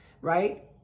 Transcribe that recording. right